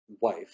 wife